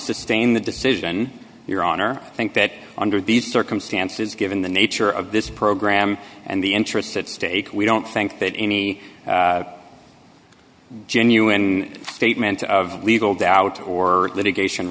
sustain the decision your honor i think that under these circumstances given the nature of this program and the interests at stake we don't think that any genuine statement of legal doubt or litigation